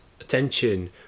attention